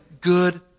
good